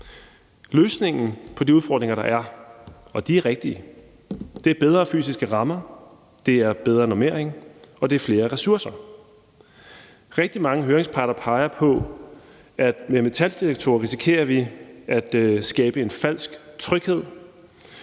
Løsningen på de udfordringer, der er – og de er rigtige – er bedre fysiske rammer, bedre normering og flere ressourcer. Rigtig mange høringsparter peger på, at vi med metaldetektorer risikerer at skabe en falsk tryghed;